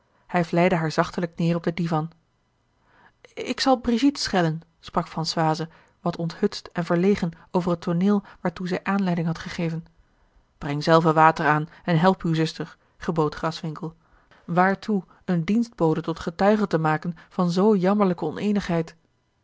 hij vlijde haar zachtelijk neêr op den divan k zal brigitte schellen sprak françhise wat onthutst en verlegen over het tooneel waartoe zij aanleiding had gegeven breng zelve water aan en help uwe zuster gebood gras winckel waartoe eene dienstbode tot getuige te maken van zoo jammerlijke